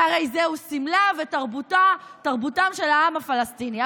שהרי זה הוא סמלם ותרבותם של העם הפלסטיני.